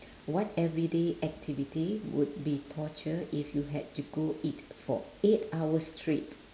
what everyday activity would be torture if you had to do it for eight hours straight